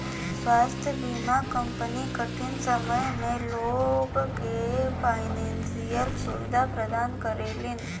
स्वास्थ्य बीमा कंपनी कठिन समय में लोग के फाइनेंशियल सुविधा प्रदान करलीन